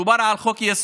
מדובר על חוק-יסוד